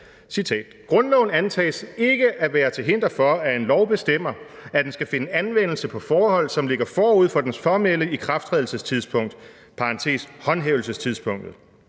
»Grundloven antages derimod ikke at være til hinder for, at en lov bestemmer, at den skal finde anvendelse på forhold, som ligger forud for dens formelle ikrafttrædelsestidspunkt (håndhævelsestidspunktet).